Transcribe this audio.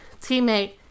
teammate